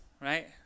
right